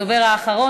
הוא הדובר האחרון,